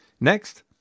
Next